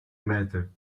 matter